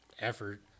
effort